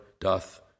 doth